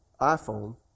iPhone